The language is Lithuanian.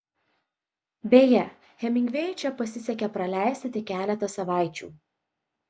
beje hemingvėjui čia pasisekė praleisti tik keletą savaičių